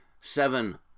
seven